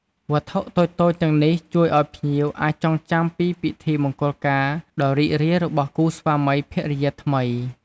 វត្ថុតូចៗទាំងនេះជួយឲ្យភ្ញៀវអាចចងចាំពីពិធីមង្គលការដ៏រីករាយរបស់គូស្វាមីភរិយាថ្មី។